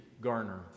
Garner